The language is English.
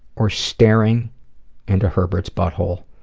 or staring into herbert's butthole.